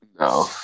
No